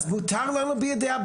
כאילו זה חבורה של בטלנים שלא עובדת.